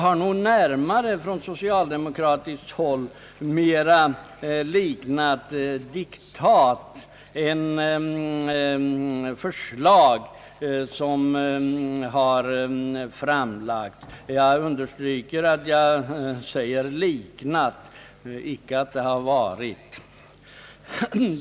Vad som framlagts från socialdemokratiskt håll har nog mera liknat diktat än förslag. Jag understryker att jag sade att det har liknat, icke att det har varit.